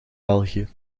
belgië